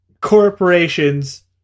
corporations